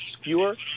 skewer